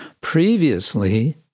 Previously